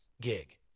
gig